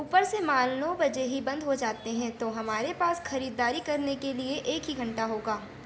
ऊपर से मॉल नौ बजे ही बन्द हो जाते हैं तो हमारे पास खरीदारी करने के लिए एक ही घण्टा होगा